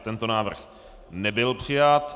Tento návrh nebyl přijat.